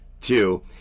Two